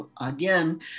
again